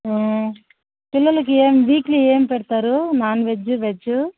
పిల్లలకి ఏం వీక్లీ ఏం పెడతారు నాన్ వెజ్ వెజ్